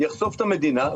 יחשוף את המדינה.